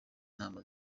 inama